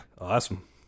Awesome